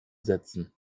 setzen